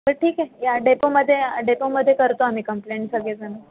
बरं ठीक आहे या डेपोमध्ये या डेपोमध्ये करतो आम्ही कंप्लेंट सगळेजण